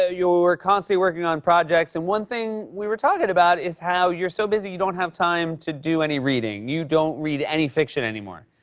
ah you're constantly working on projects. and one thing we were talking about is how you're so busy, you don't have time to do any reading. you don't read any fiction anymore.